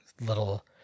little